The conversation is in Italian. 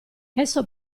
esso